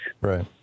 Right